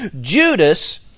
Judas